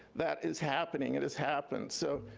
that is happening. it has happened, so,